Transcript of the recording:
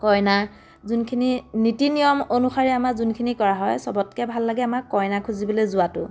কইনা যোনখিনি নীতি নিয়ম অনুসাৰে আমাৰ যোনখিনি কৰা হয় চবতকে ভাল লাগে আমাৰ কইনা খুজিবলে যোৱাটো